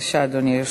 בבקשה, אדוני.